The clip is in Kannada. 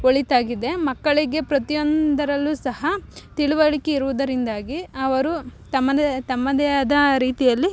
ಒಳಿತಾಗಿದೆ ಮಕ್ಕಳಿಗೆ ಪ್ರತಿಯೊಂದರಲ್ಲು ಸಹ ತಿಳುವಳಿಕೆ ಇರುವುದರಿಂದಾಗಿ ಅವರು ತಮ್ಮದೆ ತಮ್ಮದೆ ಅದ ರೀತಿಯಲ್ಲಿ